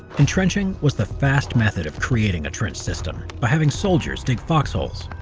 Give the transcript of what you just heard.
entrenching was the fast method of creating a trench system by having soldiers dig foxholes.